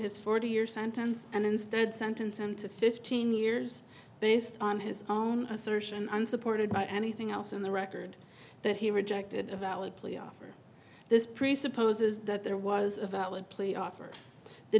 his forty year sentence and instead sentence him to fifteen years based on his assertion unsupported by anything else in the record that he rejected a valid plea offer this presupposes that there was a valid plea offer the